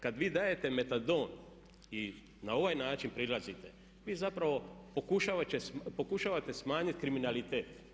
Kad vi dajete metadon i na ovaj način prilazite vi zapravo pokušavate smanjiti kriminalitet